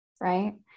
Right